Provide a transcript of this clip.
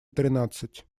тринадцать